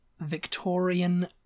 Victorian